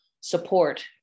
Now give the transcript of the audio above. support